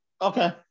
Okay